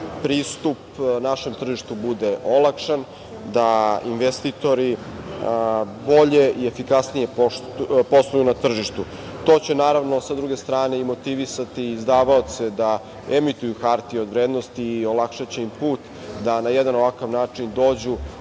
pristup našem tržištu bude olakšan, da investitori bolje i efikasnije posluju na tržištu. To će naravno sa druge strane i motivisati davaoce da emituju hartije od vrednosti i olakšaće im put da na jedan ovakav način dođu